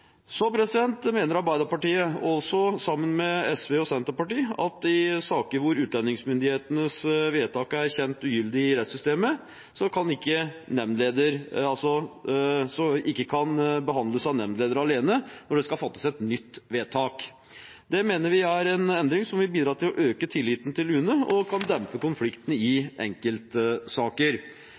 Så mener Arbeiderpartiet, sammen med SV og Senterpartiet, at saker hvor utlendingsmyndighetenes vedtak er kjent ugyldig i rettssystemet, ikke kan behandles av nemndleder alene når det skal fattes et nytt vedtak. Det mener vi er en endring som vil bidra til å øke tilliten til UNE, og kan dempe konfliktene i enkeltsaker.